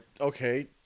okay